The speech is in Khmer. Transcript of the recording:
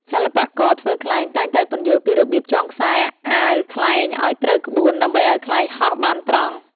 សិល្បករធ្វើខ្លែងតែងតែពន្យល់ពីរបៀបចងខ្សែអាវខ្លែងឱ្យត្រូវក្បួន ដើម្បីឱ្យខ្លែងហោះបានត្រង់។